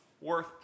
worth